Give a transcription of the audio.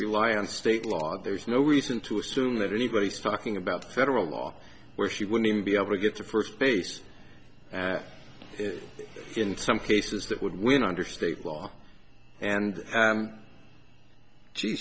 rely on state law there's no reason to assume that anybody's talking about federal law where she wouldn't be able to get to first base in some cases that would win under state law and she she